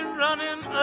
running